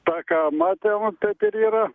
tą ką matėm taip ir yra